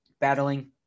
battling